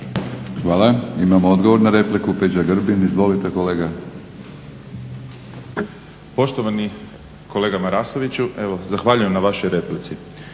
Hvala. Imamo odgovor na repliku, Peđa Grbin. Izvolite kolega. **Grbin, Peđa (SDP)** Poštovani kolega Marasoviću evo zahvaljujem na vašoj replici.